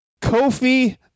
Kofi